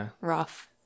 Rough